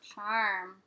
Charm